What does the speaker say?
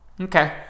Okay